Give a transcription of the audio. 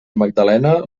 magdalena